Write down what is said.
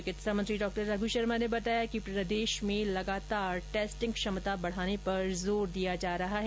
चिकित्सा मंत्री डॉ रघु शर्मा ने बताया कि प्रदेश में लगातार टेस्टिंग क्षमता बढ़ाने पर जोर दिया जा रहा है